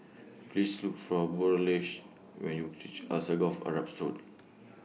Please Look For Burleigh when YOU REACH Alsagoff Arab School